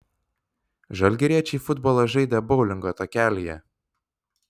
žalgiriečiai futbolą žaidė boulingo takelyje